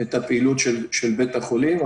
את הפעילות של בית החולים.